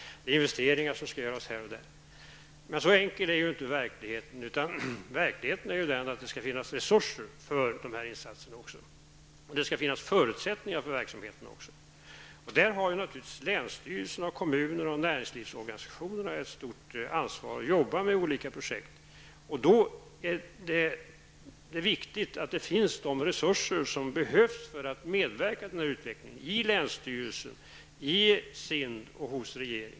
Investeringar skall göras både här och där. Så enkel är inte verkligheten. Verkligheten är den att det måste finnas resurser för att göra dessa insatser. Det måste finnas förutsättningar för verksamheten. Där har naturligtvis länsstyrelser, kommuner och näringslivets organisationer ett stort ansvar att jobba med olika projekt. Då är det viktigt att länsstyrelsen, SIND och regeringen har resurser för att kunna medverka i denna utveckling.